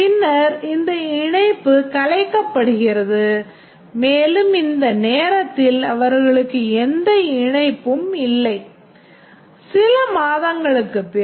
பின்னர் இந்த இணைப்பு கலைக்கப்படுகிறது மேலும் இந்த நேரத்தில் அவர்களுக்கு எந்த இணைப்பும் இல்லை சில மாதங்களுக்குப் பிறகு அவர் டி